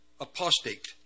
apostate